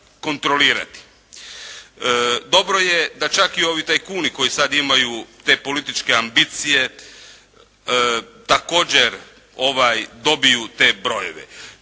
Dobro je da čak i ovi tajkuni koji sada imaju te političke ambicije također dobiju te brojeve.